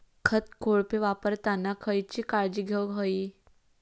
खत कोळपे वापरताना खयची काळजी घेऊक व्हयी?